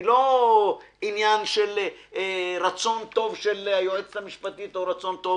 היא לא עניין של רצון טוב של היועצת המשפטית או רצון טוב